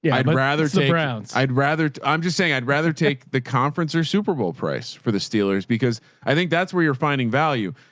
yeah i'd rather take i'd rather, i'm just saying, i'd rather take the conference or superbowl price for the steelers, because i think that's where you're finding value.